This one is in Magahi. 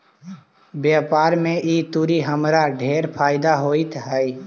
व्यापार में ई तुरी हमरा ढेर फयदा होइत हई